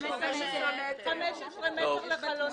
15 מטרים.